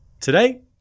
Today